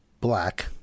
black